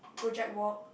project work